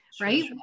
Right